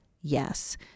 Yes